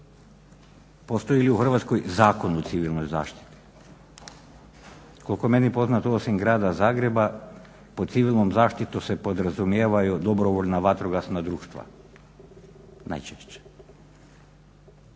Postoji li u Hrvatskoj Zakon o civilnoj zaštiti? Koliko je meni poznato osim grada Zagreba pod civilnom zaštitom se podrazumijevaju dobrovoljna vatrogasna društva, najčešće.